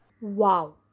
Wow